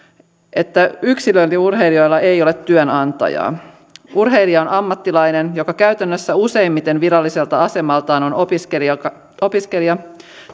että yksilöurheilijoilla ei ole työnantajaa urheilija on ammattilainen joka käytännössä useimmiten viralliselta asemaltaan on opiskelija